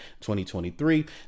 2023